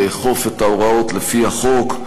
לאכוף את ההוראות לפי החוק,